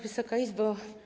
Wysoka Izbo!